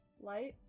light